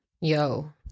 yo